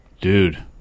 Dude